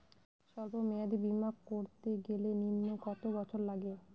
সল্প মেয়াদী বীমা করতে গেলে নিম্ন কত বছর লাগে?